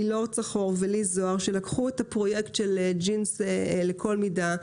אילור צחור ולי זוהר שלקחו את הפרויקט של "ג'ינס לכל מידה".